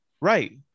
right